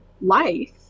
life